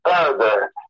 further